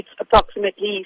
approximately